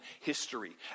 history